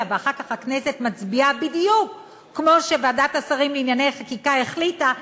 ואחר כך הכנסת מצביעה בדיוק כמו שוועדת השרים לענייני חקיקה החליטה,